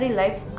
life